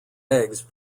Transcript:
eggs